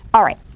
alright.